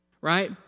right